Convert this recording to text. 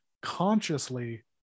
consciously